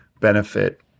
benefit